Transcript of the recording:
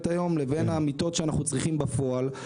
היום לבין המיטות שאנחנו צריכים בפועל.